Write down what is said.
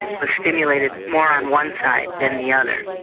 was stimulated more on one side than the other.